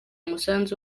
umusanzu